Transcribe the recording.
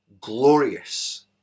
glorious